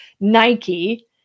Nike